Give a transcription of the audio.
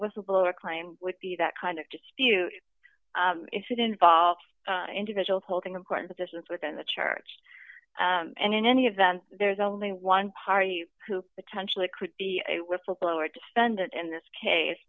whistleblower claim would be that kind of dispute if it involves individuals holding important positions within the church and in any event there's only one party who potentially could be a whistleblower to spend it in this case